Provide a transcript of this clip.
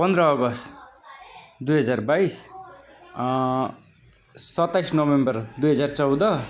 पन्ध्र अगस्त दुई हजार बाइस सत्ताइस नोभेम्बर दुई हजार चौध